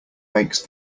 makes